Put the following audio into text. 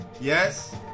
Yes